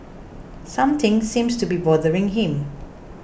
something seems to be bothering him